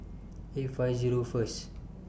eight five Zero First